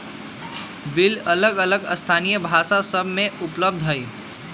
bill अलग अलग स्थानीय भाषा सभ में उपलब्ध हइ